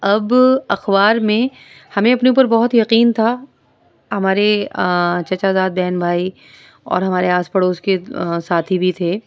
اب اخبار میں ہمیں اپنے اوپر بہت یقین تھا ہمارے چچا زاد بہن بھائی اور ہمارے آس پڑوس کے ساتھی بھی تھے